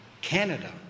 Canada